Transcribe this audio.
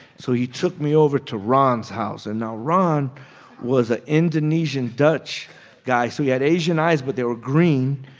so he took me over to ron's house. and now, ron was an indonesian dutch guy. so he had asian eyes but they were green.